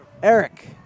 Eric